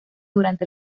durante